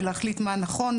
ולהחליט מה נכון,